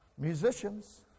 Musicians